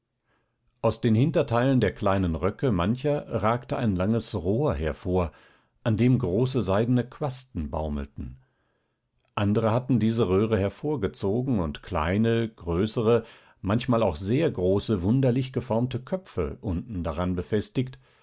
aus den hinterteilen der kleinen röcke mancher ragte ein langes rohr hervor an dem große seidene quasten baumelten andere hatten diese röhre hervorgezogen und kleine größere manchmal auch sehr große wunderlich geformte köpfe unten daran befestigt